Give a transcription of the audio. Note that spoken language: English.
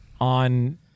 On